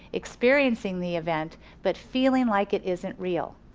experiencing the event but feeling like it isn't real.